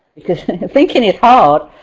because thinking is hard.